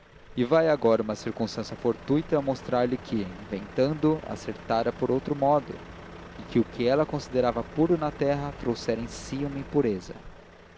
vivo e vai agora uma circunstância fortuita mostra-lhe que inventando acertara por outro modo e que o que ela considerava puro na terra trouxera em si uma impureza